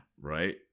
right